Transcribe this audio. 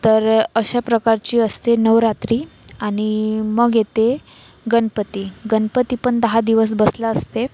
तर अशा प्रकारची असते नवरात्री आणि मग येतो गणपती गणपती पण दहा दिवस बसला असतो